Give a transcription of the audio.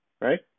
right